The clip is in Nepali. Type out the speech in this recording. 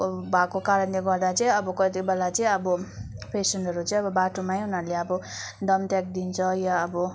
भएको कारणले गर्दा चाहिँ अब कति बेला चाहिँ अब पेसेन्टहेरू चै अब बाटोमै उनीहरूले अब दम त्यागदिन्छ या अब